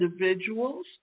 individuals